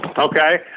Okay